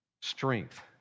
Strength